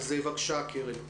בבקשה, קרן.